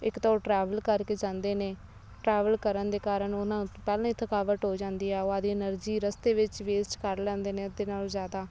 ਇੱਕ ਤਾਂ ਉਹ ਟਰੈਵਲ ਕਰਕੇ ਜਾਂਦੇ ਨੇ ਟਰੈਵਲ ਕਰਨ ਦੇ ਕਾਰਨ ਉਨ੍ਹਾਂ ਨੂੰ ਪਹਿਲਾਂ ਹੀ ਥਕਾਵਟ ਹੋ ਜਾਂਦੀ ਹੈ ਉਹ ਅੱਧੀ ਐਨਰਜੀ ਰਸਤੇ ਵਿੱਚ ਵੇਸਟ ਕਰ ਲੈਂਦੇ ਨੇ ਅੱਧੇ ਨਾਲੋਂ ਜ਼ਿਆਦਾ